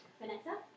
Vanessa